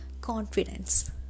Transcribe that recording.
Confidence